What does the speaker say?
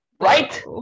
Right